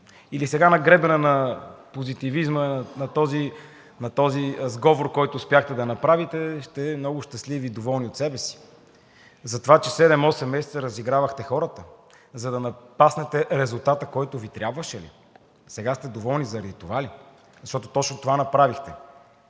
Или сега на гребена на позитивизма на този сговор, който успяхте да направите, сте много щастливи и доволни от себе си? Затова, че седем-осем месеца разигравахте хората, за да напаснете резултата, който Ви трябваше ли? Сега сте доволни, заради това ли? Защото точно това направихте.